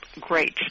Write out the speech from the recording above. great